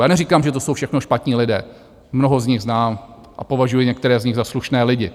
Já neříkám, že to jsou všechno špatní lidé, mnoho z nich znám a považuji některé z nich za slušné lidi.